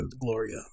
Gloria